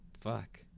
fuck